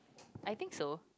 I think so